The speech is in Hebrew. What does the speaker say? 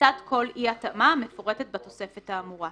לצד כל אי-התאמה המפורטת בתוספת האמורה.